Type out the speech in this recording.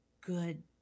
good